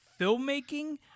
filmmaking